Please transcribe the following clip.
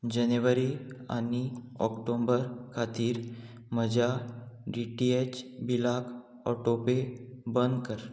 जनेवरी आनी ऑक्टोबर खातीर म्हज्या डी टी एच बिलाक ऑटोपे बंद कर